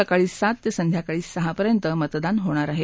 सकाळी सात ते संध्याकाळी सहापर्यंत मतदान होणार आहे